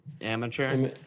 Amateur